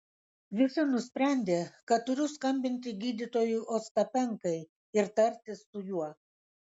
visi nusprendė kad turiu skambinti gydytojui ostapenkai ir tartis su juo